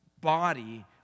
body